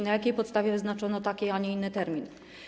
Na jakiej podstawie wyznaczono taki, a nie inny termin?